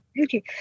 Okay